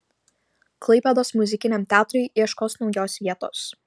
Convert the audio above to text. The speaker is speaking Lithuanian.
klaipėdos muzikiniam teatrui ieškos naujos vietos